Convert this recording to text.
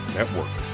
Network